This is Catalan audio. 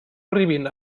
arribin